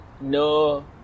no